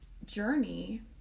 journey